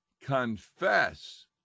confess